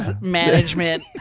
Management